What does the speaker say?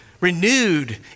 renewed